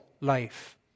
life